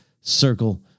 circle